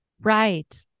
Right